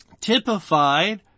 typified